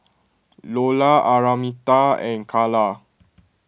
Lola Araminta and Karla